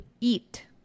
eat